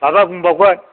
माबा बुंबावगोन